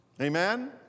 Amen